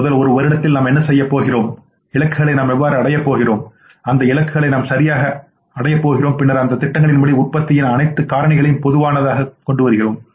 முதல் ஒரு வருடத்தில் நாம் என்ன செய்யப் போகிறோம் இலக்குகளை நாம் எவ்வாறு அடையப் போகிறோம் அந்த இலக்குகளை நாம் எவ்வாறு சரியாக அடையப் போகிறோம் பின்னர் அந்தத் திட்டங்களின்படி உற்பத்தியின்அனைத்து காரணிகளையும் பொதுவானதாகக் கொண்டுவருகிறோம்